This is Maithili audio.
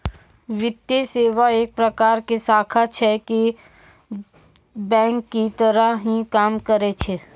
वित्तीये सेवा एक प्रकार के शाखा छै जे की बेंक के तरह ही काम करै छै